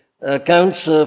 accounts